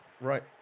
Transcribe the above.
Right